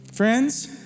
Friends